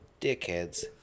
Dickheads